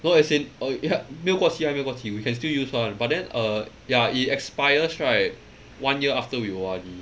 no as in uh ya 没有过期还没有过期 you can still use one but then uh ya it expires right one year after we O_R_D